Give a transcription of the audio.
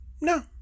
no